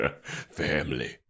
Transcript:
Family